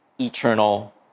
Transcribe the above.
eternal